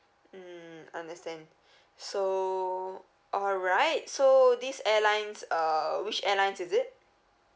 mm understand so alright so these airlines uh which airlines is it